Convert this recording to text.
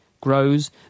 grows